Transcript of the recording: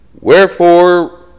Wherefore